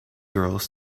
girls